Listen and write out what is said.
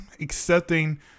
accepting